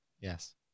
Yes